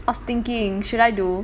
I was thinking should I do